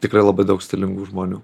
tikrai labai daug stilingų žmonių